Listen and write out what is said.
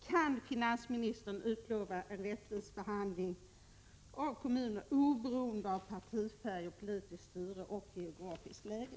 Kan finansministern utlova en rättvis behandling av kommuner oberoende av partifärg, politiskt styre och geografiskt läge?